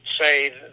say